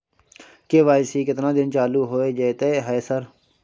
KYC केतना दिन चालू होय जेतै है सर?